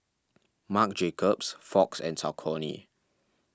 Marc Jacobs Fox and Saucony